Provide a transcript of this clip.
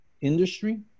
industry